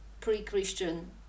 pre-christian